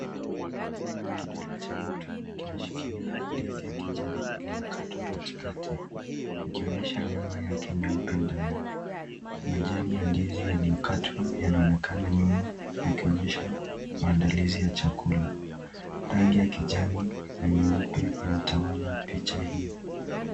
Kidole cha mtu inashilikia ndizi ya kijani iliyokatwa katikati ikionyesha nyama yake nyeupe ndani. Majani ya ndizi yaliyokatwa yanaonekana nyuma yakionyesha maandalizi ya chakula. Rangi ya kijani na nyeupe inatawala picha hii.